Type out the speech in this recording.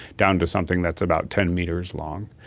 down to something that's about ten metres long.